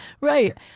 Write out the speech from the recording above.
Right